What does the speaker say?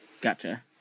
Gotcha